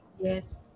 yes